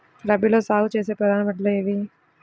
రబీలో సాగు చేసే ప్రధాన పంటలు ఏమిటి?